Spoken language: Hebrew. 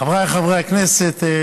חבריי חברי הכנסת,